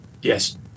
Yes